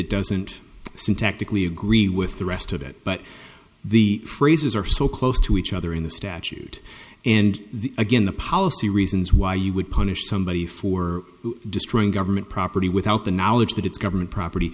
it doesn't syntactically agree with the rest of it but the phrases are so close to each other in the statute and the again the policy reasons why you would punish somebody for destroying government property without the knowledge that it's government property